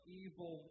evil